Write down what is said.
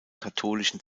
katholischen